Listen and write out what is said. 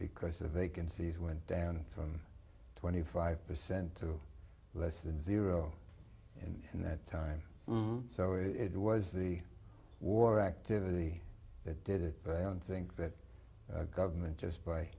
because the vacancies went down from twenty five percent to less than zero and in that time so it was the war activity that did it but i don't think that government just by